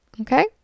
Okay